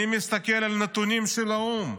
אני מסתכל על הנתונים של האו"ם.